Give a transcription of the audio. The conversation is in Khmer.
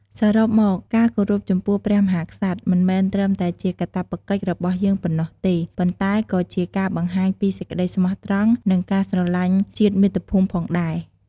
សរុបមក ការគោរពចំពោះព្រះមហាក្សត្រ មិនមែនត្រឹមតែជាកាតព្វកិច្ចរបស់យើងប៉ុណ្ណោះទេ ប៉ុន្តែក៏ជាការបង្ហាញពីសេចក្តីស្មោះត្រង់ និងការស្រឡាញ់ជាតិមាតុភូមិផងដែរ។